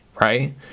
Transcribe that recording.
right